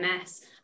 MS